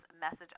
message